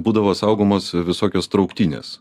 būdavo saugomos visokios trauktinės